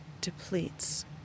depletes